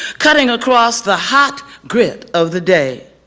cutting across the hot grid of the day.